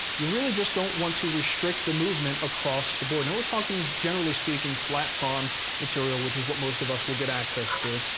you really just don't want to restrict the movement across the board. now we're talking, generally speaking, flats on material, which is what most of us will get access to.